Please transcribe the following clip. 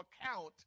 account